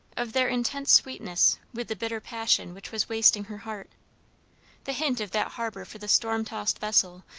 of their intense sweetness with the bitter passion which was wasting her heart the hint of that harbour for the storm-tossed vessel,